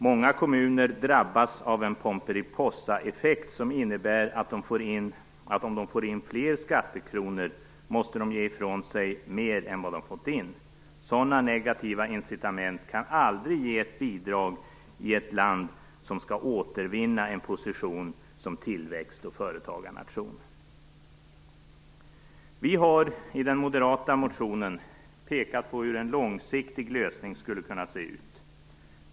Många kommuner drabbas av en pomperipossaeffekt, som innebär att om de får in fler skattekronor måste de ge ifrån sig mer än vad de fått in. Sådana negativa incitament kan aldrig ge ett bidrag i ett land som skall återvinna en position som tillväxt och företagarnation. Vi har i den moderata motionen pekat på hur en långsiktig lösning skulle kunna se ut.